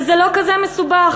וזה לא כזה מסובך.